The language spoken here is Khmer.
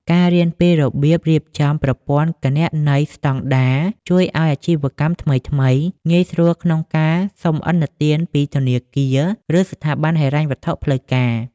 ការរៀនពី "របៀបរៀបចំប្រព័ន្ធគណនេយ្យស្ដង់ដារ" ជួយឱ្យអាជីវកម្មថ្មីៗងាយស្រួលក្នុងការសុំឥណទានពីធនាគារ ឬស្ថាប័នហិរញ្ញវត្ថុផ្លូវការ។